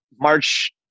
march